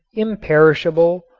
imperishable,